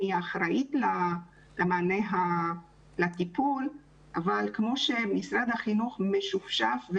אחראיות למענה ולטיפול אבל כמו שמשרד החינוך משופשף,